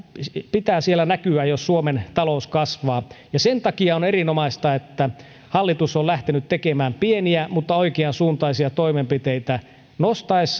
pitää siellä näkyä jos suomen talous kasvaa ja sen takia on erinomaista että hallitus on lähtenyt tekemään pieniä mutta oikeansuuntaisia toimenpiteitä kun se nostaa